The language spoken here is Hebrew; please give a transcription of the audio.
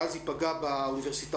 ואז ייפגע באוניברסיטאות.